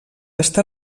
està